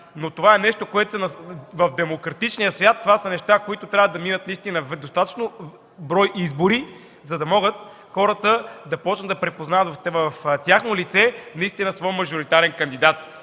кандидати, но в демократичния свят това са неща, за които трябва да минат наистина достатъчно брой избори, за да могат хората да почнат да припознават в тяхно лице наистина своя мажоритарен кандидат.